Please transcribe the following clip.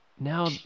Now